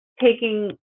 taking